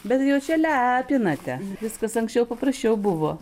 bet jau čia lepinate viskas anksčiau paprasčiau buvo